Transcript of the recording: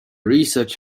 research